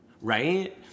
right